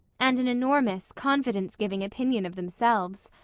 and an enormous, confidence-giving opinion of themselves.